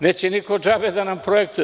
Neće niko džabe da nam projektuje.